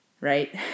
right